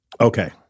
okay